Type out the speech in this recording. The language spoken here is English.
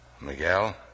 Miguel